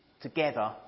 together